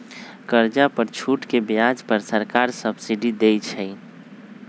कर्जा पर छूट के ब्याज पर सरकार सब्सिडी देँइ छइ